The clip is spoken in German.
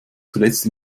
zuletzt